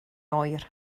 oer